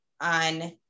on